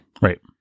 Right